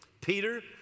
Peter